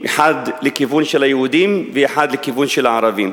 אחת לכיוון של היהודים ואחת לכיוון של הערבים.